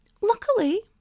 luckily